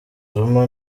zuma